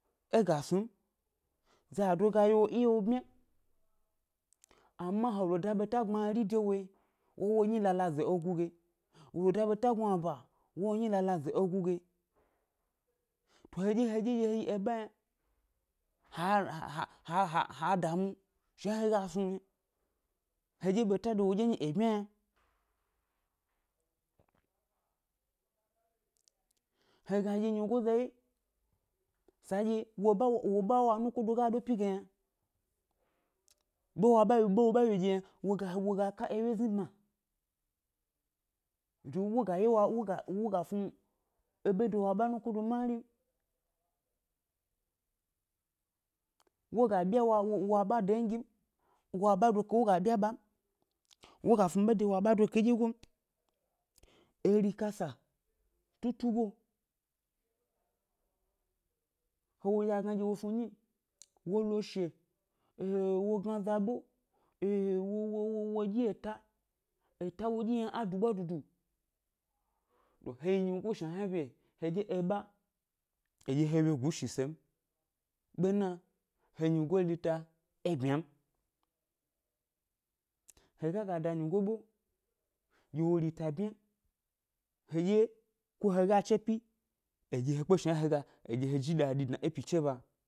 É ga snu m, zado ga yio nɗye wo bmya, ama he lo da ɓeta gbmari de wo yi, wa wo nyi la la ze egu ge, wo da ɓeta gnuaba, wa wo nyi la la ze egu ge, heɗye heɗye ɗye he yi eɓa yna, ha ha ha ha ha damu shna he ga snu heɗye ɓeta de woɗye nyi yi è bmya yna, he ga ɗye nyigoza ʻwye, sanɗye wo ʻɓa wo wo wo ʻɓa wo anukodo ga ɗo ʻpyi ge yna, ɓe wo ʻɓa ɓe wo ɓa wyeɗye yna, wo ga wo ga ka ewye zni bma, dun wo ga wo ga snu ebe de wo ʻba nukodo yi mari m, wo ga ɗo wo wa wo wo aɓa dongi m, wo aɓa doke wo ga bya ɓa m, wo ga snu de wo aɓa doke yi ɗyegoyi m, eri kasa tu tugo, he wo ɗye a gna ɗye wo snu nyi, wo lo ʻshe, èè wo gna ʻza ɓe, èè wo wo wo wo ɗyi eta, eta wo ɗyi yna á du ʻɓwa dudu, to he yi nyigoyi shna hna bye, heɗye eɓa eɗye he wyegu shi ʻse m, bena he nyigo rita é bmya m. He ga ga da nyigo ʻɓe dye wo rita bmya, hedye ko he ga che ʻpyi, edye he kpe shna he ga edye he ji dadi dna é pyiche ba.